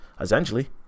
Essentially